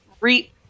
reap